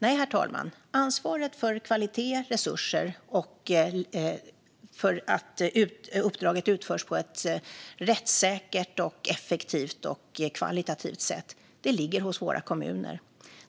Nej, herr talman, ansvaret för kvalitet och resurser och för att uppdraget utförs på ett rättssäkert, effektivt och kvalitativt sätt ligger hos våra kommuner.